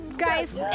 guys